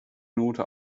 note